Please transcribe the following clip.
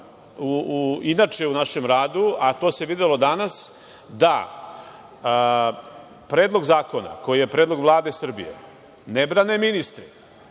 inače u našem radu, a to se videlo danas da Predlog zakona koji je predlog Vlade Srbije ne brane ministri,